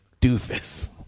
doofus